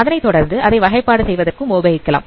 அதனைத்தொடர்ந்து அதை வகைப்பாடு செய்வதற்கும் உபயோகிக்கலாம்